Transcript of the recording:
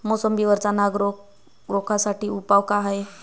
मोसंबी वरचा नाग रोग रोखा साठी उपाव का हाये?